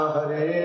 Hare